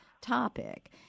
topic